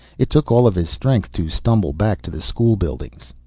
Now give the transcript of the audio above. it took all of his strength to stumble back to the school buildings.